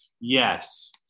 Yes